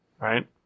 right